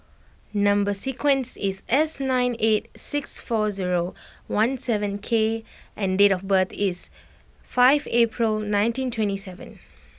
number sequence is S nine eight six four zero one seven K and date of birth is five April nineteen twenty seven